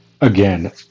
Again